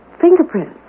Fingerprints